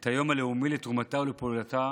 את היום הלאומי לתרומתה ולפעולתה